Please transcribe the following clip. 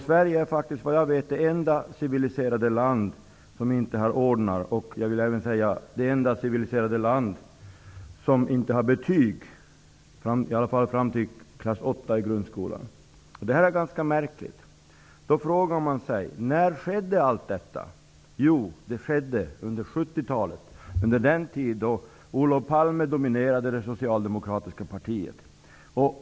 Sverige är enligt vad jag vet det enda civiliserade land som inte har ordnar och -- det vill jag också säga -- det enda civiliserade land som inte har betyg förrän i klass 8 i grundskolan. Det är ganska märkligt. Då frågar man sig: När blev det så här? Jo, under 70-talet, under den tid då Olof Palme dominerade det socialdemokratiska partiet.